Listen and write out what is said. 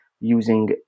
using